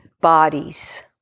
bodies